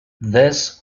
this